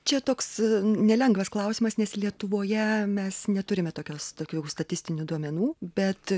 čia toks nelengvas klausimas nes lietuvoje mes neturime tokios tokių statistinių duomenų bet